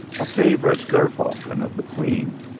a favourite ger-falcon of the queen.